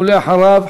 ואחריו,